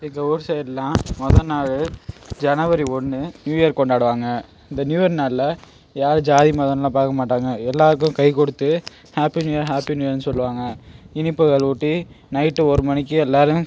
எங்கள் ஊர் சைடுலாம் மொதல் நாள் ஜனவரி ஒன்று நியூ இயர் கொண்டாடுவாங்க இந்த நியூ இயர் நாளில் யாரும் ஜாதி மதம்னுலாம் பார்க்க மாட்டாங்க எல்லோருக்கும் கை கொடுத்து happy new year happy new இயர்னு சொல்லுவாங்க இனிப்புகள் ஊட்டி நைட்டு ஒரு மணிக்கு எல்லோரும்